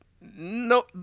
no